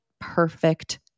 perfect